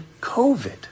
COVID